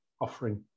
offering